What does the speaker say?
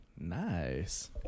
Nice